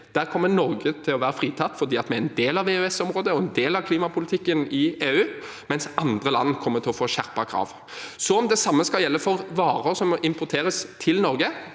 til, kommer Norge til å være fritatt fordi vi er en del av EØSområdet og en del av klimapolitikken i EU, mens andre land kommer til å få skjerpede krav. Så om det samme skal gjelde for varer som må importeres til Norge: